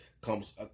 comes